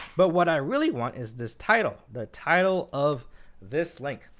but what i really want is this title, the title of this link.